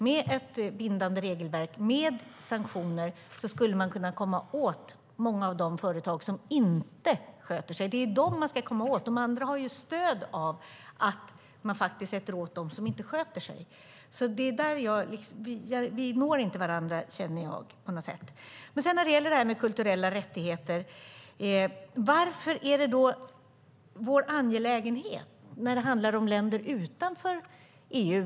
Med ett bindande regelverk och sanktioner skulle man kunna komma åt många av de företag som inte sköter sig. Det är dem man ska komma åt. De andra har stöd av att man sätter åt dem som inte sköter sig. Här når vi inte riktigt varandra, känner jag. När det gäller kulturella rättigheter undrar jag varför det är vår angelägenhet då det handlar om länder utanför EU.